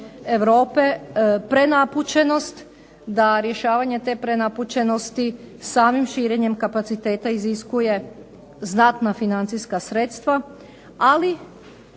Europe prenapučenost, da rješavanje te prenapučenosti samim širenjem kapaciteta iziskuje znatna financijska sredstva. Ali